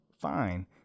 fine